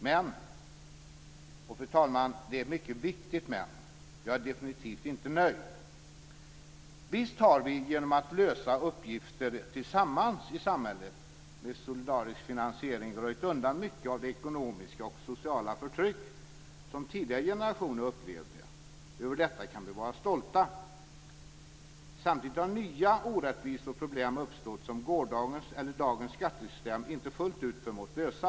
Men - och, fru talman, det är ett mycket viktigt men - jag är definitivt inte nöjd. Visst har vi, genom att lösa uppgifter tillsammans i samhället, med solidarisk finansiering röjt undan mycket av det ekonomiska och sociala förtryck som tidigare generationer upplevde. Över detta kan vi vara stolta. Samtidigt har nya orättvisor och problem uppstått som gårdagens eller dagens skattesystem inte fullt ut har förmått lösa.